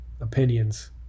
opinions